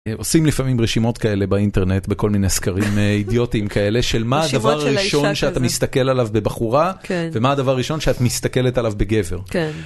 עושים לפעמים רשימות כאלה באינטרנט בכל מיני סקרים אידיוטיים כאלה של מה הדבר הראשון שאת מסתכל עליו בבחורה ומה הדבר הראשון שאת מסתכלת עליו בגבר.